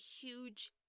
huge